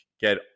get